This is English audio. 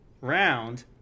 round